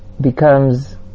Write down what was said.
becomes